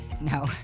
no